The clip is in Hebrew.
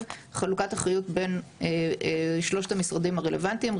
חלוקת אחריות בין שלושת המשרדים הרלוונטיים,